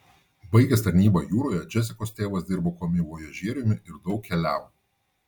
baigęs tarnybą jūroje džesikos tėvas dirbo komivojažieriumi ir daug keliavo